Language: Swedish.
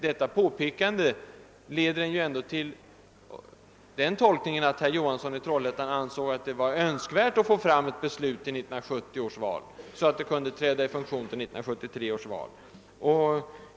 Men hans påpekande måste ändå tolkas så att herr Johansson i Trollhättan ansåg det önskvärt att få fram ett beslut våren 1970, så att reformen kunde träda i funktion till 1973 års val.